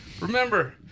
Remember